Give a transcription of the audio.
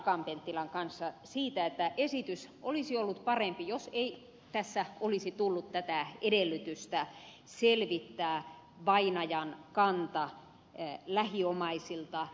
akaan penttilän kanssa siitä että esitys olisi ollut parempi jos ei tässä olisi tullut tätä edellytystä selvittää vainajan kanta lähiomaisilta